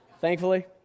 Thankfully